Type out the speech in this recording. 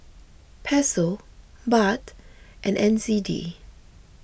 Peso Baht and N Z D